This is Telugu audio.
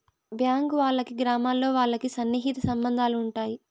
బ్యాంక్ వాళ్ళకి గ్రామాల్లో వాళ్ళకి సన్నిహిత సంబంధాలు ఉంటాయి